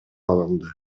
алынды